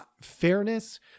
fairness